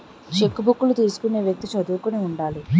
చెక్కుబుక్కులు తీసుకునే వ్యక్తి చదువుకుని ఉండాలి